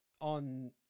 on